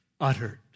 uttered